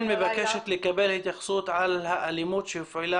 -- מבקשת לקבל התייחסות לאלימות שהופעלה